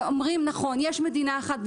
אומרים שיש מדינה אחת,